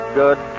good